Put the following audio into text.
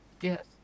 Yes